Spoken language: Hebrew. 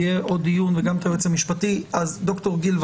ד"ר גיל,